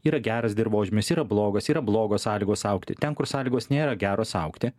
yra geras dirvožemis yra blogas yra blogos sąlygos augti ten kur sąlygos nėra geros augti